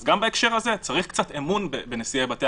אז גם בהקשר הזה צריך קצת אמון בנשיאי בתי